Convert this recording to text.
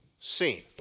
seen